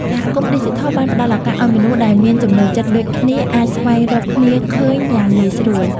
សហគមន៍ឌីជីថលបានផ្ដល់ឱកាសឱ្យមនុស្សដែលមានចំណូលចិត្តដូចគ្នាអាចស្វែងរកគ្នាឃើញយ៉ាងងាយស្រួល។